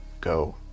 go